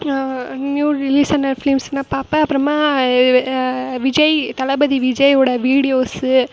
new release ஆன ஃபிலிம்ஸ்லாம் பார்ப்பேன் அப்புறமா விஜய் தளபதி விஜயோட வீடியோஸ்ஸு